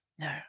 no